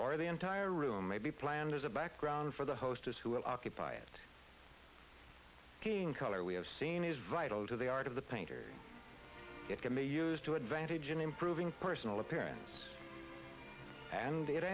or the entire room may be planned as a background for the hostess who will occupy it being color we have seen is vital to the art of the painter it can be used to advantage in improving personal appearance and it